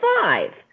five